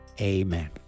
Amen